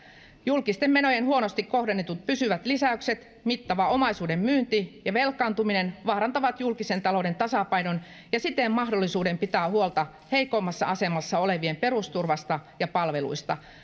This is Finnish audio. julkisten menojen huonosti kohdennetut pysyvät lisäykset mittava omaisuuden myynti ja velkaantuminen vaarantavat julkisen talouden tasapainon ja siten mahdollisuuden pitää huolta heikoimmassa asemassa olevien perusturvasta ja palveluista